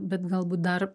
bet galbūt dar